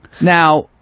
Now